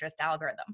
algorithm